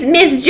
Miss